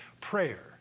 prayer